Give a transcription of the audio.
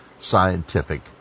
scientific